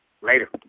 Later